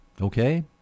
Okay